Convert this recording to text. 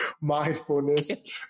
mindfulness